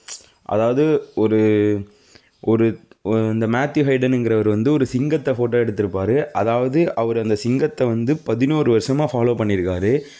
அதாவது ஒரு ஒரு இந்த மேத்யூவ் ஹெய்டனுங்கிறவரு வந்து ஒரு சிங்கத்தை ஃபோட்டோ எடுத்திருப்பாரு அதாவது அவர் அந்த சிங்கத்தை வந்து பதினோரு வருஷமாக ஃபாலோ பண்ணிருக்கார்